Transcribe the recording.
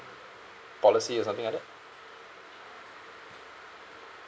policy or something like that